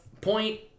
Point